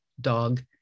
dog